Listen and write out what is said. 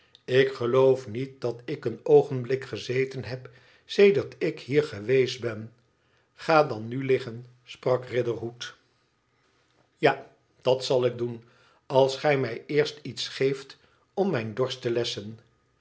ik geloof niet dat ik een oogenblik gezeten heb sedert ik hier geweest ben ga dan nu liggen sprak riderhood tja dat zal ik doen als gij mij eerst iets geeft om mijn dorst